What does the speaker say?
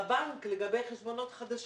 לגבי חשבונות חדשים,